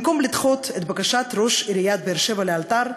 במקום לדחות את בקשת ראש עיריית באר-שבע לאלתר,